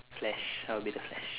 flash I'll be the flash